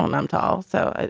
um i'm tall so